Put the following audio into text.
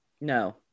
no